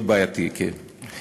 איש מאוד בעייתי, כן.